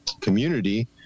community